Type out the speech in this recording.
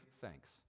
thanks